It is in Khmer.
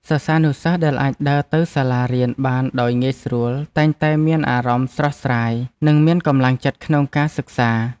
សិស្សានុសិស្សដែលអាចដើរទៅសាលារៀនបានដោយងាយស្រួលតែងតែមានអារម្មណ៍ស្រស់ស្រាយនិងមានកម្លាំងចិត្តក្នុងការសិក្សា។